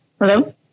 Hello